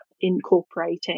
incorporating